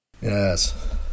yes